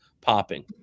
popping